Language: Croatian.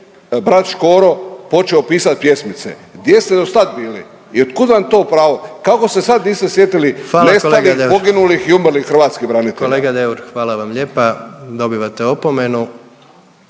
brat Škoro počeo pisat pjesmice. Gdje ste do sad bili? I od kud vam to pravo? Kako se sad niste sjetili nestalih, poginulih i umrlih hrvatskih branitelja. **Jandroković, Gordan (HDZ)** Kolega Deur hvala vam lijepa. Dobivate opomenu.